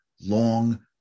long